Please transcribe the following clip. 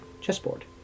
chessboard